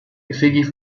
effigy